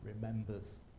remembers